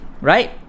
right